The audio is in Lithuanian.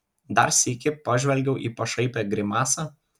dar sykį pažvelgiau į pašaipią grimasą